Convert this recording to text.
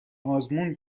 آزمون